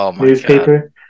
newspaper